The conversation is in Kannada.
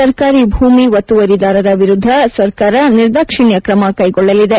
ಸರ್ಕಾರಿ ಭೂಮಿ ಒತ್ತುವರಿದಾರರ ವಿರುದ್ದ ಸರ್ಕಾರ ನಿರ್ದಾಕ್ಷಿಣ್ಯ ಕ್ರಮಕೈಗೊಳ್ಳಲಿದೆ